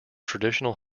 traditional